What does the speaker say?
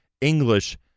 English